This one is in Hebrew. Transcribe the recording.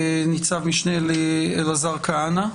תת-ניצב אלעזר כהנא,